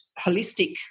holistic